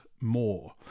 more